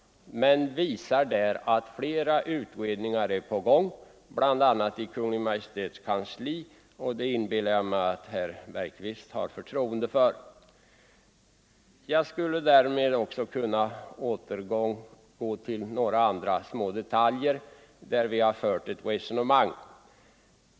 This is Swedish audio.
Men vi påvisar att flera utredningar är på gång, bl.a. i Kungl. Maj:ts kansli, och det inbillar jag mig att herr Bergqvist har förtroende för. Jag skulle därmed kunna återgå till några små detaljer, där vi har fört ett resonemang.